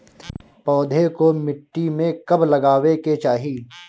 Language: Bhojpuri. पौधे को मिट्टी में कब लगावे के चाही?